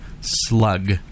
slug